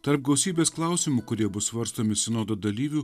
tarp gausybės klausimų kurie bus svarstomi sinodo dalyvių